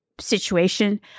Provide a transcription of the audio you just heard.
Situation